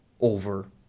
over